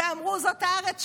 ואמרו: זאת הארץ שלנו,